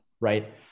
right